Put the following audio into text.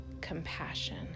compassion